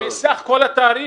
מסך כל התעריף?